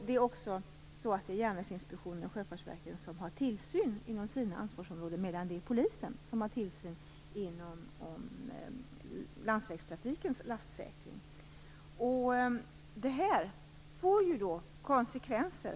Det är också så att det är Järnvägsinspektionen och Sjöfartsverket som har tillsyn inom sina ansvarsområden, medan det är polisen som har tillsyn över landsvägstrafikens lastsäkring. Det här får konsekvenser.